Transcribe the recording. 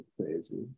crazy